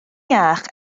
iach